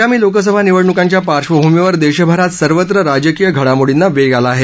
आगामी लोकसभा निवडणुकांच्या पार्क्षभूमीवर देशभरात सर्वत्र राजकीय घडमोडींना वेग आला आहे